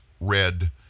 Red